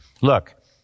look